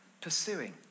pursuing